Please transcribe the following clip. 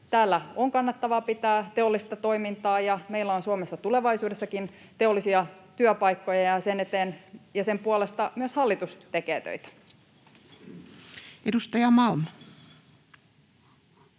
täällä on kannattavaa pitää teollista toimintaa ja meillä on Suomessa tulevaisuudessakin teollisia työpaikkoja, ja sen eteen ja sen puolesta myös hallitus tekee töitä. Edustaja Malm.